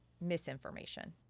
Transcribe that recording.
misinformation